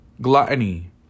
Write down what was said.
Gluttony